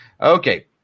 Okay